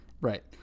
Right